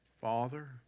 Father